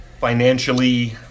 Financially